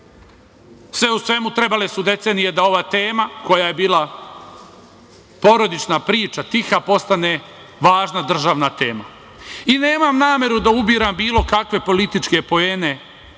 Sve u svemu, trebale su decenije da ova tema, koja je bila porodična priča, tiha, postane važna državna tema.I nemam nameru da ubiram bilo kakve političke poene